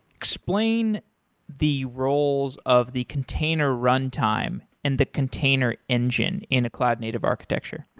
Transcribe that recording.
explain the roles of the container runtime and the container engine in a cloud native architecture.